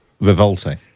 revolting